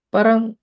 Parang